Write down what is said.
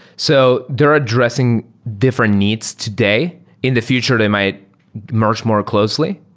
so they're addressing different needs today. in the future they might merge more closely.